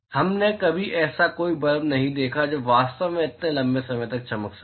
हमने कभी ऐसा कोई ब्लब नहीं देखा जो वास्तव में इतने लंबे समय तक चमक सके